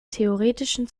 theoretischen